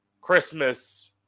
christmas